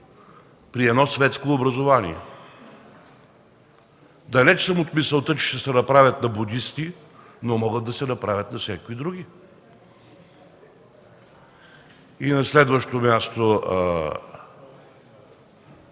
при едно светско образование. Далеч съм от мисълта, че ще се направят на будисти, но могат да се направят на всякакви други. На следващо място,